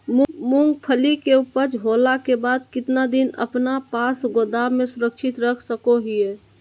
मूंगफली के ऊपज होला के बाद कितना दिन अपना पास गोदाम में सुरक्षित रख सको हीयय?